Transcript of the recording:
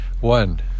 One